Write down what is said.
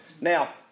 Now